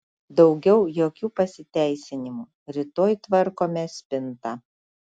daugiau jokių pasiteisinimų rytoj tvarkome spintą